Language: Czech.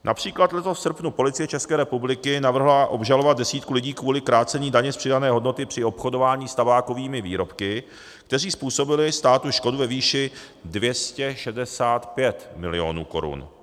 Například letos v srpnu Policie České republiky navrhla obžalovat desítku lidí kvůli krácení daně z přidané hodnoty při obchodování s tabákovými výrobky, kteří způsobili státu škodu ve výši 265 milionů korun.